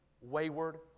wayward